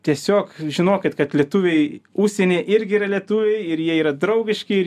tiesiog žinokit kad lietuviai užsienyje irgi yra lietuviai ir jie yra draugiški